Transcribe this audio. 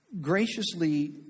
graciously